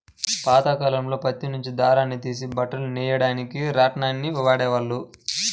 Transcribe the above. పాతకాలంలో పత్తి నుంచి దారాన్ని తీసి బట్టలు నెయ్యడానికి రాట్నాన్ని వాడేవాళ్ళు